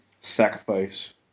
Sacrifice